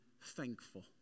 thankful